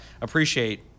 appreciate